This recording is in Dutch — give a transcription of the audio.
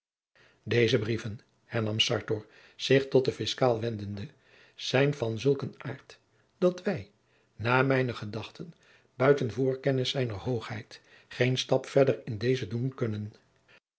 deze brieven hernam sartor zich tot den fiscaal wendende zijn van zulk een aart dat wij naar mijne gedachten buiten voorkennis zijner hoogheid geen stap verder in dezen doen kunnen